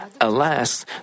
Alas